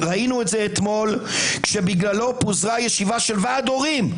ראינו את זה אתמול שבגללו פוזרה ישיבה של ועד הורים,